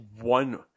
one